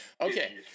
Okay